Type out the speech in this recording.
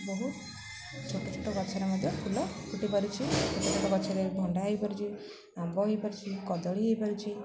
ବହୁ ଛୋଟ ଛୋଟ ଗଛରେ ମଧ୍ୟ ଫୁଲ ଫୁଟି ପାରୁିଛି ଛୋଟ ଛୋଟ ଗଛରେ ଭଣ୍ଡା ହେଇପାରୁଛି ଆମ୍ବ ହେଇପାରୁଛିି କଦଳୀ ହେଇପାରୁଛିି